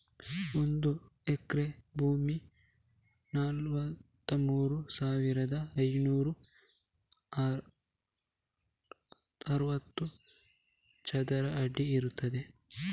ಒಂದು ಎಕರೆ ಭೂಮಿ ನಲವತ್ತಮೂರು ಸಾವಿರದ ಐನೂರ ಅರವತ್ತು ಚದರ ಅಡಿ ಇರ್ತದೆ